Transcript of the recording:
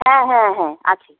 হ্যাঁ হ্যাঁ হ্যাঁ আছে